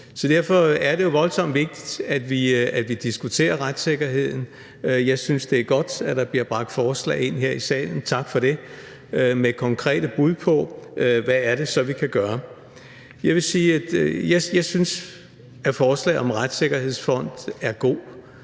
Derfor er det voldsomt vigtigt, at vi diskuterer retssikkerheden. Jeg synes, det er godt, at der bliver bragt forslag ind her i salen – tak for det – med konkrete bud på, hvad det så er, vi kan gøre. Jeg vil sige, at jeg synes, at forslaget om en retssikkerhedsfond er godt.